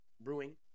Brewing